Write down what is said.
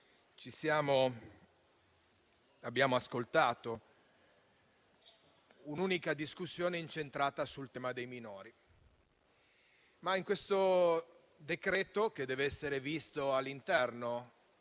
Abbiamo ascoltato infatti un'unica discussione incentrata sul tema dei minori. Da questo decreto-legge però, che deve essere visto all'interno